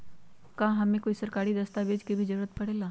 का हमे कोई सरकारी दस्तावेज के भी जरूरत परे ला?